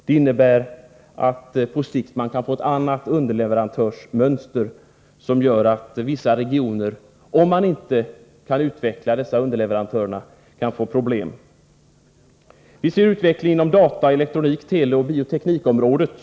Det innebär att — Nr 157 man på sikt kan få ett annat underleverantörsmönster, som gör att vissa Tisdagen den regioner kan få problem om underleverantörerna inte kan utvecklas. 29 maj 1984 Vi ser utvecklingen inom data-, elektronik-, teleoch bioteknikområdena.